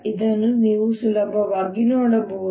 ಇದನ್ನು ನೀವು ಸುಲಭವಾಗಿ ನೋಡಬಹುದು